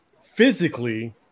physically